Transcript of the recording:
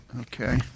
Okay